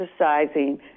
exercising